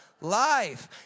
life